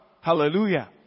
Hallelujah